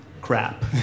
crap